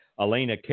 Elena